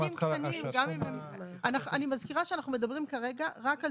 אני מזכירה שאנחנו מדברים כרגע רק על